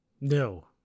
No